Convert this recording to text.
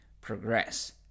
progress